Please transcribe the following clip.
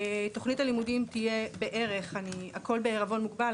תוכנית הלימודים תהיה בערך הכול בעירבון מוגבל,